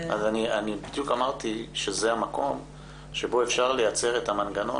בדיוק אמרתי שזה המקום בו אפשר לייצר את המנגנון